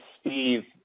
Steve